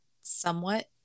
somewhat